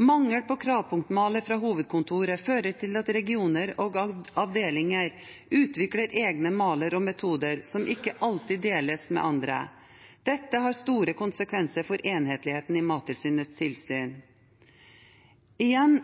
Mangel på kravpunktmaler fra hovedkontoret fører til at regioner og avdelinger utvikler egne maler og metoder som ikke alltid deles med andre. Dette har store konsekvenser for enhetligheten i Mattilsynets tilsyn.» Igjen